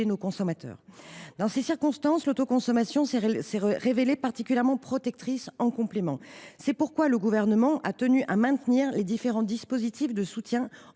nos consommateurs. Dans ces circonstances, l’autoconsommation s’est révélée particulièrement protectrice en complément. C’est pourquoi le Gouvernement a tenu à maintenir les différents dispositifs de soutien,